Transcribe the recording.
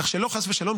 כך שחס ושלום,